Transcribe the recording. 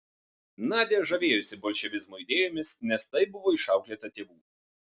nadia žavėjosi bolševizmo idėjomis nes taip buvo išauklėta tėvų